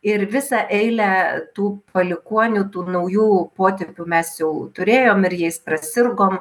ir visą eilę tų palikuonių tų naujų potipių mes jau turėjoe ir jais prasirgom